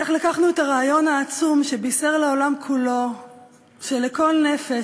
איך לקחנו את הרעיון העצום שבישר לעולם כולו שלכל נפש,